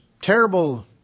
terrible